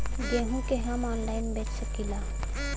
गेहूँ के हम ऑनलाइन बेंच सकी ला?